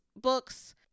books